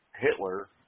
Hitler